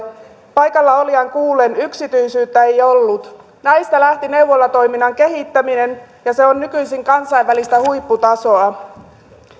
paikallaolijan kuullen yksityisyyttä ei ollut näistä lähti neuvolatoiminnan kehittäminen ja se on nykyisin kansainvälistä huipputasoa